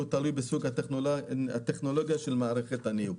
זה תלוי בסוג הטכנולוגיה של מערכת הניהוג.